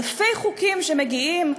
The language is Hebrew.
אלפי חוקים שמגיעים,